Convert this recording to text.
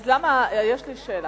אז למה, יש לי שאלה.